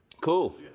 Cool